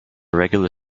regular